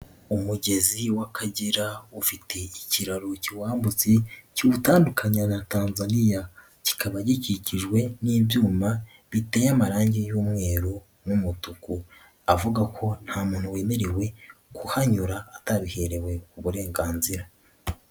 Umugezi w'akagera ufite ikiraro kiwambutse kiwutandukanya na Tanzania, kikaba gikikijwe n'ibyuma biteye amarangi y'umweru n'umutuku, avuga ko nta muntu wemerewe kuhanyura atabiherewe uburenganzira.